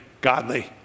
godly